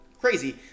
crazy